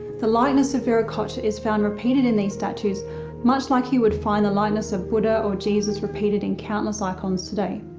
the likeness of viracocha is found repeated in these statues much like you would find a likeness of buddha or jesus repeated in countless icons today.